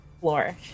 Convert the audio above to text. flourish